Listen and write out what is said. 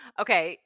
Okay